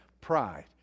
Pride